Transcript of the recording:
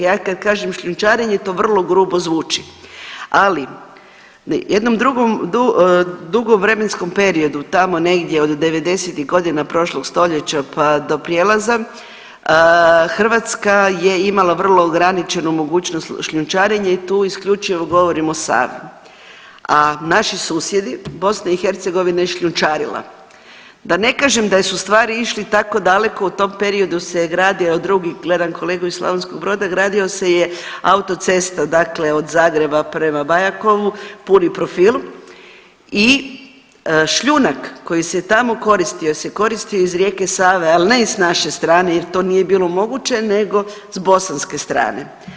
Ja kad kažem šljunčarenje to vrlo grubo zvuči, ali u jednom dugom vremenskom periodu tamo negdje od devedesetih godina prošlog stoljeća pa do prijelaza Hrvatska je imala vrlo ograničenu mogućnost šljunčarenja i tu isključivo govorim o Savi, a naši susjedi Bosna i Hercegovina je šljunčarila, da ne kažem da su stvari išle tako daleko u tom periodu se gradio jedan drugi, gledam kolegu iz Slavonskog Broda gradila se je autocesta, dakle od Zagreba prema Bajakovu puni profil i šljunak koji se tamo koristio se koristio iz rijeke Save ali ne iz naše strane jer to nije bilo moguće nego s bosanske strane.